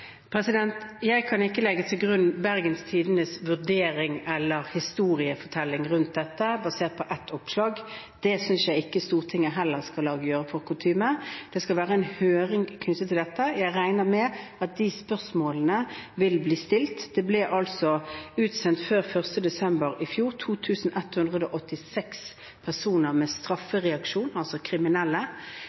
Jeg kan ikke legge til grunn Bergens Tidendes vurdering eller historiefortelling rundt dette, basert på ett oppslag. Det synes jeg heller ikke Stortinget skal gjøre til kutyme. Det skal være en høring knyttet til dette, og jeg regner med at de spørsmålene vil bli stilt. Det ble utsendt før 1. desember i fjor 2 186 personer med straffereaksjon, altså kriminelle.